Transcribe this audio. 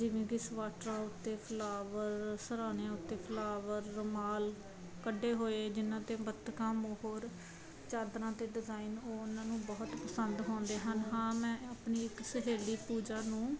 ਜਿਵੇਂ ਕਿ ਸਵਾਟਰਾਂ ਉੱਤੇ ਫਲਾਵਰ ਸਿਰ੍ਹਾਣਿਆਂ ਉੱਤੇ ਫਲਾਵਰ ਰੁਮਾਲ ਕੱਢੇ ਹੋਏ ਜਿਹਨਾਂ 'ਤੇ ਬੱਤਖਾਂ ਮੋਰ ਚਾਦਰਾਂ 'ਤੇ ਡਿਜ਼ਾਇਨ ਉਹ ਉਹਨਾਂ ਨੂੰ ਬਹੁਤ ਪਸੰਦ ਆਉਂਦੇ ਹਨ ਹਾਂ ਮੈਂ ਆਪਣੀ ਇੱਕ ਸਹੇਲੀ ਪੂਜਾ ਨੂੰ